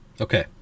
okay